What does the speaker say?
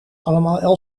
allemaal